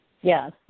Yes